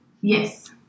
Yes